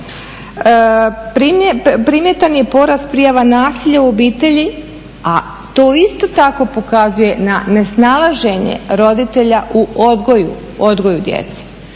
Primjetan je porast prijava nasilja u obitelji a to isto tako pokazuje na nesnalaženje roditelja u odgoju djece.